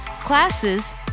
classes